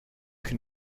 can